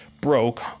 broke